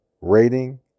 rating